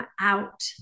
out